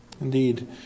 Indeed